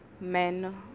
men